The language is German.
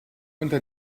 unter